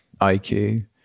IQ